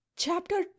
Chapter